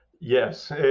Yes